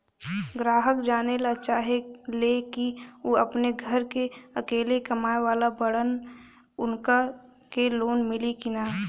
ग्राहक जानेला चाहे ले की ऊ अपने घरे के अकेले कमाये वाला बड़न उनका के लोन मिली कि न?